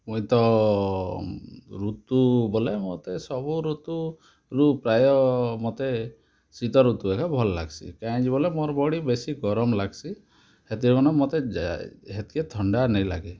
ମୁଇଁ ତ ଋତୁ ବୋଲେ ମୋତେ ସବୁ ଋତୁରୁ ପ୍ରାୟ ମୋତେ ଶୀତ ଋତୁ ଭଲ୍ ଲାଗ୍ସି କାଁ ହେଉଛି ବୋଲେ ମୋର୍ ବଡ଼ି ବେଶୀ ଗରମ୍ ଲାଗ୍ସି ହେଥିର୍ ମନେ ମୋତେ ଯା ହେଥିକେ ଥଣ୍ଡା ନେଇ ଲାଗେ